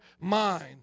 mind